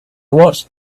watched